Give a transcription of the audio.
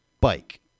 Bike